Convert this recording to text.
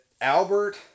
Albert